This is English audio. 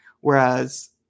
whereas